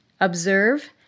observe